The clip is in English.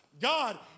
God